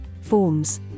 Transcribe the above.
Forms